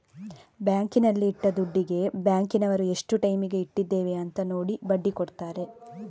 ಬ್ಯಾಂಕಿನಲ್ಲಿ ಇಟ್ಟ ದುಡ್ಡಿಗೆ ಬ್ಯಾಂಕಿನವರು ಎಷ್ಟು ಟೈಮಿಗೆ ಇಟ್ಟಿದ್ದೇವೆ ಅಂತ ನೋಡಿ ಬಡ್ಡಿ ಕೊಡ್ತಾರೆ